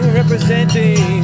representing